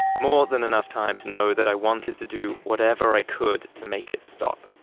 more than enough time to know that i wanted to do whatever i could to make it stop.